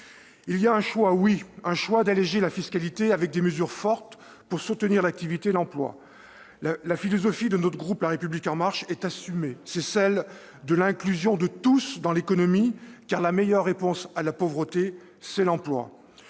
Il y a un choix, oui, celui d'alléger la fiscalité, avec des mesures fortes pour soutenir l'activité et l'emploi. La philosophie de notre groupe, La République En Marche, est assumée : elle vise l'inclusion de tous dans l'économie, car, la meilleure réponse à la pauvreté, c'est l'emploi.